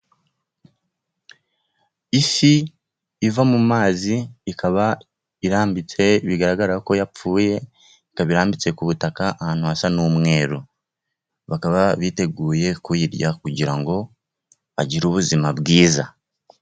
Ifi iva mu mazi ikaba irambitse bigaragara ko yapfuye, ikaba irambitse ku butaka ahantu hasa n'umweru. Bakaba biteguye kuyirya kugira ngo bagire ubuzima bwiza.